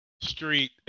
street